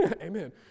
Amen